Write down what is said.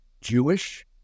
Jewish